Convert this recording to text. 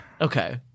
Okay